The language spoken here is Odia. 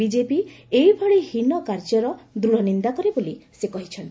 ବିଜେପି ଏଭଳି ହୀନ କାର୍ଯ୍ୟର ଦୂଢ଼ ନିନ୍ଦା କରେ ବୋଲି ସେ କହିଛନ୍ତି